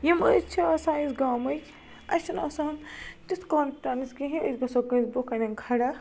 یِم أسۍ چھِ آسان أسۍ گامٕکۍ اَسہِ چَھنہٕ آسان تیُتھ کان فِٹنٕس کِہیٖنۍ أسۍ گَژھو کٲنٛسہِ برٛۄنٛہہ کَنۍ کھڑا